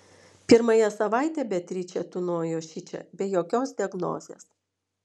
pirmąją savaitę beatričė tūnojo šičia be jokios diagnozės